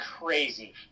crazy